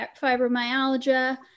fibromyalgia